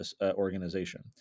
Organization